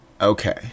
Okay